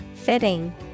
Fitting